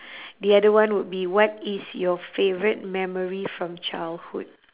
the other one would be what is your favourite memory from childhood